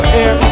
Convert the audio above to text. air